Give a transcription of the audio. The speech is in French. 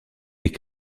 les